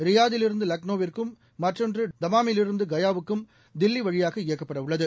ரியாத்திலிருந்துலக்னோவிற்கும் மற்றொன்றுடாமனில் இருந்துகயாவுக்கு தில்லிவழியாக இயக்கப்படஉள்ளது